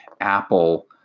Apple